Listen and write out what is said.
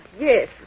yes